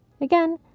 Again